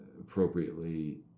appropriately